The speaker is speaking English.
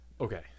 Okay